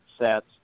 sets